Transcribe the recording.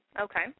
okay